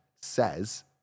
says